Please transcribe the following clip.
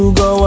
go